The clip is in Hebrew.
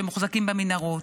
שמוחזקים במנהרות.